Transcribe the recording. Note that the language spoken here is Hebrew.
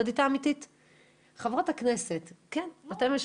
זה אומר שרוב הרמזור שלכם הוא אדום,